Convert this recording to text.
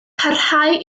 parhau